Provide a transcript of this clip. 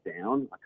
down